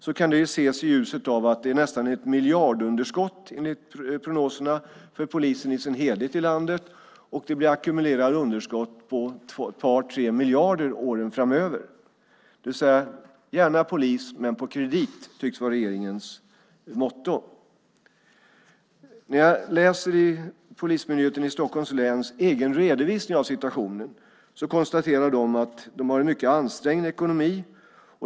Det kan ses i ljuset av att det nästan är ett miljardunderskott enligt prognoserna för polisen i dess helhet i landet, och det blir ackumulerade underskott på ett par tre miljarder åren framöver. "Gärna polis, men på kredit" tycks alltså vara regeringens motto. När jag läser i Polismyndigheten i Stockholms läns egen redovisning av situationen ser jag att de konstaterar att de har en mycket ansträngd ekonomi.